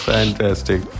Fantastic